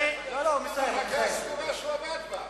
המחלקה הסגורה שהוא עבד בה.